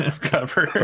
cover